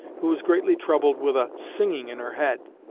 who was greatly troubled with a singing in her head.